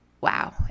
wow